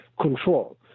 control